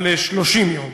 אבל 30 יום.